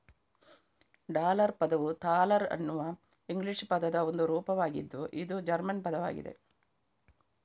dollar ಪದವು thaler ಅನ್ನುವ English ಪದದ ರೂಪವಾಗಿದ್ದು ಇದು ಜರ್ಮನ್ ಪದವಾಗಿದೆ